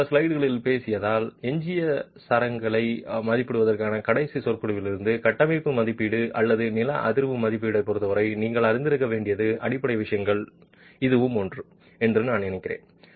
கடந்த சில ஸ்லைடுகளில் பேசியதால் எஞ்சிய சரங்களை மதிப்பிடுவதற்கான கடைசி சொற்பொழிவிலிருந்து கட்டமைப்பு மதிப்பீடு அல்லது நில அதிர்வு மதிப்பீட்டைப் பொருத்தவரை நீங்கள் அறிந்திருக்க வேண்டிய அடிப்படை விஷயங்களில் இதுவும் ஒன்று என்று நான் நினைக்கிறேன்